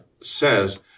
says